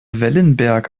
wellenberg